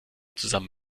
zusammen